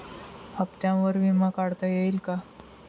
हप्त्यांवर विमा काढता येईल का?